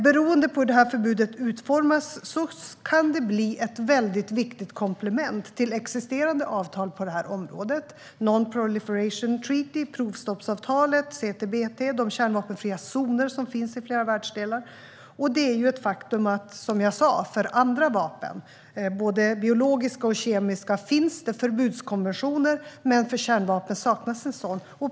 Beroende på hur förbudet utformas kan det blir ett väldigt viktigt komplement till existerande avtal på området: Non-Proliferation Treaty, provstoppsavtalet CTBT och de kärnvapenfria zoner som finns i flera världsdelar. Det är ju som jag sa ett faktum att för andra vapen - både biologiska och kemiska - finns det förbudskonventioner, men för kärnvapen saknas en sådan.